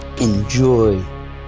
enjoy